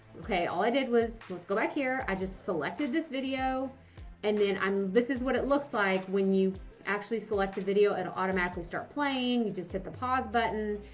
okay. all i did. was let's go back here. i just selected this video and then i'm. this is what it looks like when you actually select the video and automatically start playing. you just hit the pause button,